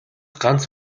ганц